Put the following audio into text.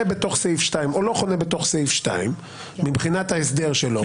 בתוך סעיף 2 או לא חונה בתוך סעיף 2 מבחינת ההסדר שלו.